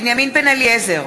בנימין בן-אליעזר,